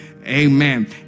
Amen